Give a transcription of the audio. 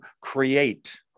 create